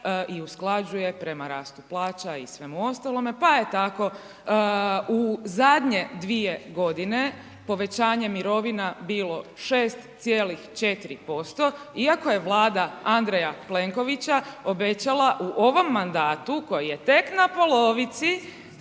i usklađuje prema rastu plaća i svemu ostalome, pa je tako u zadnje dvije godine povećanje mirovina bilo 6,4%, iako je vlada Andreja Plenkovića obećala u ovom mandatu koji je tek na polovici